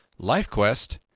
lifequest